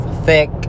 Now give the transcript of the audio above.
thick